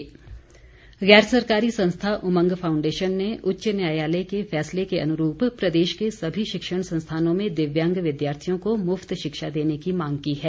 मांग गैर सरकारी संस्था उमंग फाउंडेशन ने उच्च न्यायालय के फैसले के अनुरूप प्रदेश के सभी शिक्षण संस्थानों में दिव्यांग विद्यार्थियों को मुफ्त शिक्षा देने की मांग की है